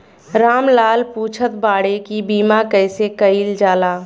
राम लाल पुछत बाड़े की बीमा कैसे कईल जाला?